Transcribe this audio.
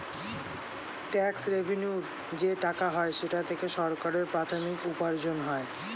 tax রেভেন্যুর যে টাকা হয় সেটা থেকে সরকারের প্রাথমিক উপার্জন হয়